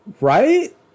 Right